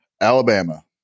Alabama